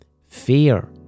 fear